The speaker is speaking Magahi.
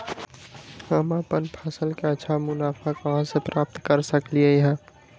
हम अपन फसल से अच्छा मुनाफा कहाँ से प्राप्त कर सकलियै ह?